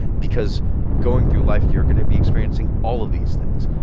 because going through life, you're going to be experiencing all of these things.